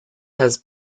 has